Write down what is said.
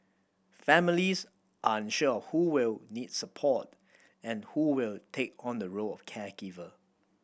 families unsure who will need support and who will take on the role of caregiver